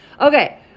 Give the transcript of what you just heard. Okay